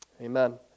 Amen